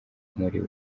muri